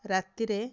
ରାତିରେ